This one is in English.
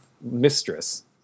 mistress